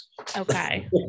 Okay